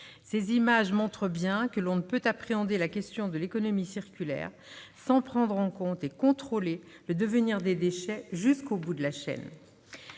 Ces images montrent bien que l'on ne peut appréhender la question de l'économie circulaire sans prendre en compte et contrôler le devenir des déchets jusqu'au bout de la chaîne.